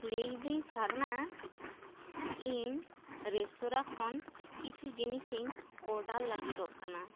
ᱞᱟᱹᱭ ᱤᱫᱤᱧ ᱥᱟᱨᱱᱟ ᱤᱧ ᱨᱮᱥᱛᱚᱨᱟ ᱠᱷᱚᱱ ᱠᱤᱪᱷᱩ ᱡᱤᱱᱤᱥ ᱤᱧ ᱳᱰᱟᱨ ᱞᱟᱹᱜᱤᱫᱚᱜ ᱠᱟᱱᱟ